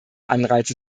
anreize